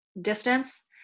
distance